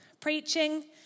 preaching